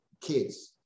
kids